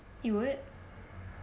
you would